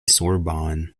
sorbonne